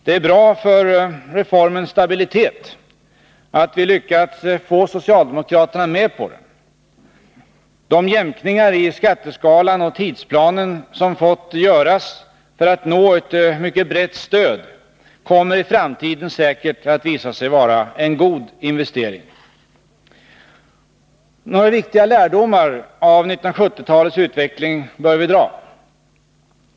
Det är bra för reformens stabilitet att vi lyckats få socialdemokraterna med på den. De jämkningar i skatteskalan och tidsplanen som fått göras för att nå ett mycket brett stöd kommer i framtiden säkert att visa sig vara en god investering. Några viktiga lärdomar av 1970-talets utveckling bör vi dra.